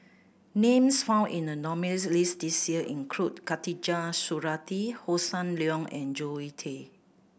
names found in the nominees' list this year include Khatijah Surattee Hossan Leong and Zoe Tay